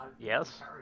Yes